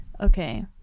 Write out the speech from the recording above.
okay